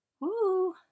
Woo